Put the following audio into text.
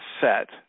set